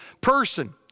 person